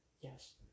yes